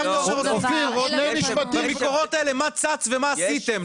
עכשיו אתה --- בביקורות האלה מה צץ ומה עשיתם.